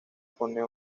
pone